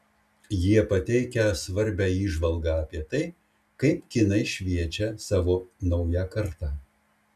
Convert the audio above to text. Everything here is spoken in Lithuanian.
jie pateikia svarbią įžvalgą apie tai kaip kinai šviečia savo naują kartą